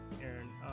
Aaron